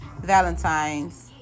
Valentine's